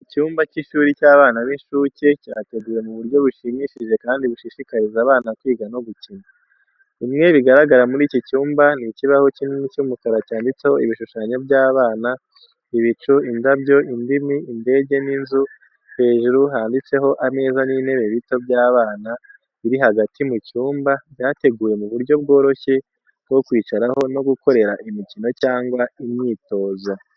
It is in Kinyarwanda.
Icyumba cy’ishuri cy’abana b’incuke, cyateguwe mu buryo bushimishije kandi bushishikariza abana kwiga no gukina. Bimwe bigaragara muri iki cyumba ni ikibaho kinini cy’umukara cyanditseho ibishushanyo by’abana, ibicu, indabyo, indimi, indege n’inzu, hejuru handitseho ameza n’intebe bito by’abana, biri hagati mu cyumba, byateguwe mu buryo bworoshye bwo kwicaraho no gukorera imikino cyangwa imyitozo.